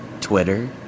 Twitter